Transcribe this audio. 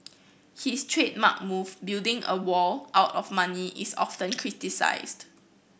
his trademark move building a wall out of money is often criticised